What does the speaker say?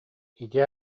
ити